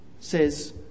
says